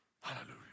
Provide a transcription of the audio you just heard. Hallelujah